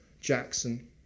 Jackson